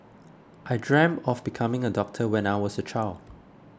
I dreamt of becoming a doctor when I was a child